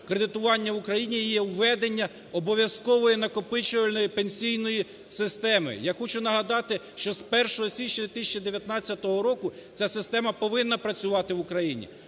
кредитування в Україні, є введення обов'язкової накопичувальної пенсійної системи. Я хочу нагадати, що з 1 січня 2019 року ця система повинна працювати в Україні.